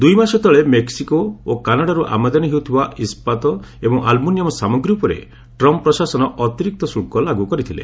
ଦୁଇ ମାସ ତଳେ ମେକ୍ସିକୋ ଓ କାନାଡ଼ାରୁ ଆମଦାନୀ ହେଉଥିବା ଇସ୍କାତ ଏବଂ ଆଲୁମିନିୟମ୍ ସାମଗ୍ରୀ ଉପରେ ଟ୍ରମ୍ପ୍ ପ୍ରଶାସନ ଅତିରିକ୍ତ ଶୁଳ୍କ ଲାଗୁ କରିଥିଲେ